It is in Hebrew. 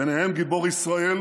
ביניהם גיבור ישראל